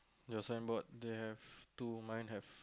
your signboard don't have two mine have